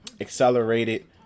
accelerated